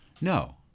No